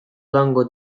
dango